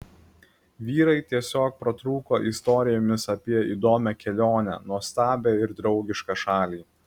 vyrai tiesiog pratrūko istorijomis apie įdomią kelionę nuostabią ir draugišką šalį